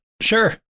sure